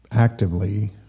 Actively